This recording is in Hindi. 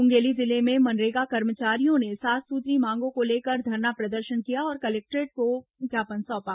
मुंगेली जिले में मनरेगा कर्मचारियों ने सात सूत्रीय मांगों को लेकर धरना प्रदर्शन किया और कलेक्टर को ज्ञापन सौंपा